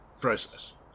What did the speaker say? process